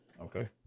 Okay